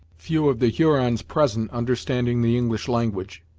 few of the hurons present understanding the english language,